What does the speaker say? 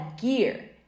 gear